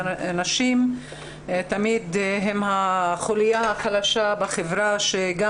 נשים הן תמיד החוליה החלשה בחברה שגם